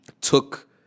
took